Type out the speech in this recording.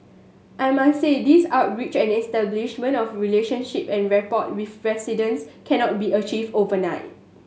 I must say these outreach and establishment of relationship and rapport with residents cannot be achieved overnight